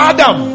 Adam